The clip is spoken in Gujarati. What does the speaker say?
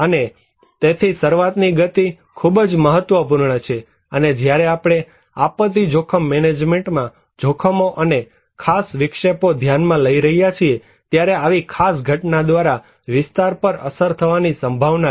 અને તેથી શરૂઆતની ગતિ ખૂબ જ મહત્વપૂર્ણ છે અને જ્યારે આપણે આપત્તિ જોખમ મેનેજમેન્ટમાં જોખમો અને ખાસ વિક્ષેપો ધ્યાનમાં લઇ રહ્યા છીએ ત્યારે આવી ખાસ ઘટના દ્વારા વિસ્તાર પર અસર થવાની સંભાવના છે